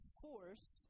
force